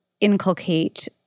inculcate